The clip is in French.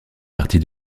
partie